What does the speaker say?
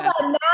now